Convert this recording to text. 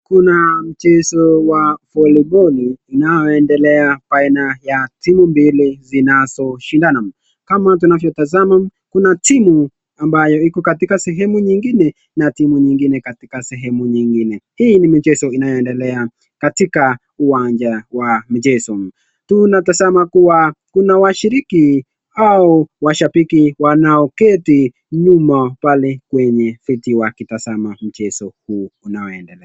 Kuna mchezo wa voliboli unaoendelea baina ya timu mbili zinazoshindana ,kama tunavyotazama kuna timu ambayo iko katika sehemu nyingine na timu nyingine katika sehemu nyingine ,hii ni michezo inayoendelea katika uwanja wa mchezo. Tunatazama kuwa kuna washiriki au washabiki wanaoketi nyuma pale kwenye kiti wakitazama mchezo huu unaoendelea.